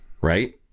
right